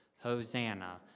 Hosanna